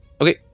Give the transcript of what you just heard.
Okay